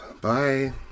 Bye